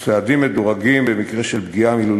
ולנקוט צעדים מדורגים במקרה של פגיעה מילולית: